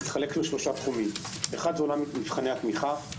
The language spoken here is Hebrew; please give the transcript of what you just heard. מתחלק לשלושה תחומים: מבחני התמיכה,